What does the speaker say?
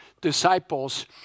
disciples